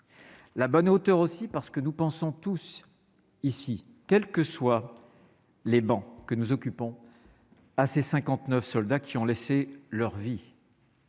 la bonne hauteur aussi parce que nous pensons tous ici, quelles que soient les bancs que nous occupons assez 59 soldats qui ont laissé leur vie.